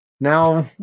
Now